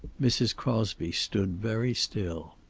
mrs. crosby stood very still.